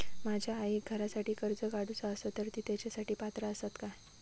माझ्या आईक घरासाठी कर्ज काढूचा असा तर ती तेच्यासाठी पात्र असात काय?